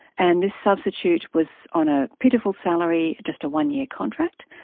and this substitute was on a pitiful salary, just a one-year contract.